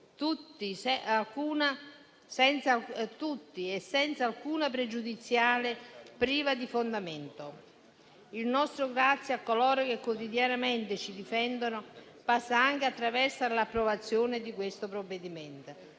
diritti, senza alcuna pregiudiziale priva di fondamento. Il nostro ringraziamento a coloro che quotidianamente ci difendono passa anche attraverso l'approvazione del provvedimento